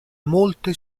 molte